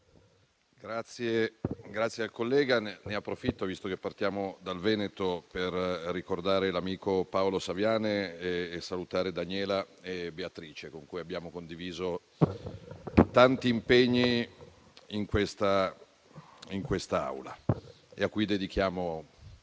onorevoli colleghi, approfitto, visto che partiamo dal Veneto, per ricordare l'amico Paolo Saviane e salutare Daniela e Beatrice, con cui abbiamo condiviso tanti impegni in quest'Aula e a cui dedichiamo buona